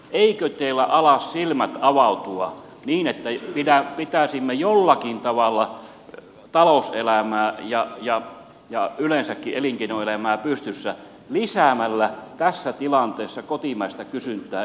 eivätkö teillä ala silmät avautua niin että pitäisimme jollakin tavalla talouselämää ja yleensäkin elinkeinoelämää pystyssä lisäämällä tässä tilanteessa kotimaista kysyntää eli elvyttämällä